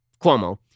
Cuomo